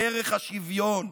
ערך השוויון.